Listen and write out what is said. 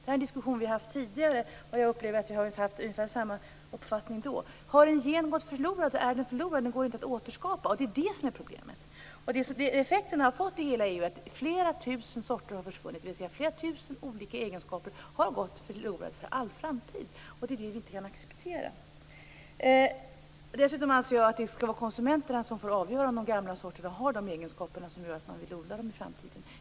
Denna diskussion har vi haft tidigare, och jag hade ungefär samma uppfattning då. Har en gen gått förlorad går den inte att återskapa. Det är det som är problemet. Flera tusen sorter har försvunnit, dvs. flera tusen olika egenskaper har gått förlorade för all framtid. Det kan vi inte acceptera. Dessutom anser jag att konsumenterna skall få avgöra om de gamla sorterna har egenskaper som gör att man vill odla dem i framtiden.